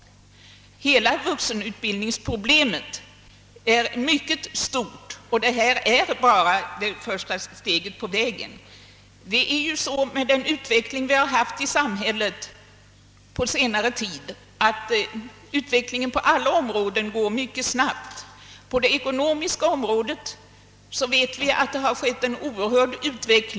Vuxenutbildningsproblemet är mycket stort, och propositionens förslag är bara första steget. Utvecklingen går mycket snabbt på alla områden i samhället. På det ekonomiska området har utvecklingen varit oerhörd.